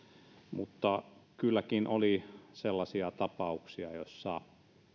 mutta kylläkin oli sellaisia tapauksia joissa